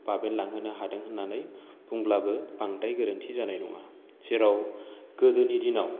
बाबेनलांहोनो हादों होन्नानै बुंब्लाबो बांद्राय गोरोन्थि जानाय नङा जेराव गोदोनि दिनाव